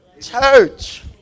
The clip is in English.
Church